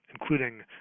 including